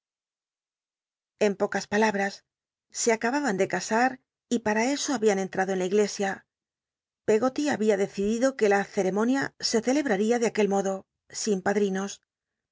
en pocas palalll'as se acababan de casat y para eso babian entrado en la iglesia pcggoly babia decidido uc la ccrcmonia se celebraría de aquel modo sin padrino